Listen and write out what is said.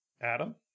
Adam